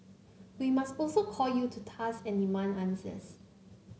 we must also call you to task and demand answers